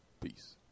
peace